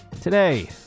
Today